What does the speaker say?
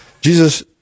Jesus